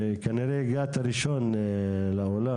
כנראה הגעת ראשון לאולם,